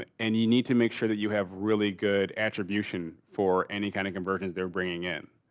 and and you need to make sure that you have really good attribution for any kind of conversions they're bringing in.